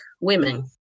women